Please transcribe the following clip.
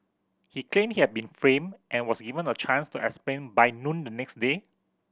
he claimed he had been framed and was given a chance to explain by noon the next day